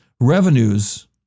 Revenues